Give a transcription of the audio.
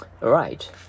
Right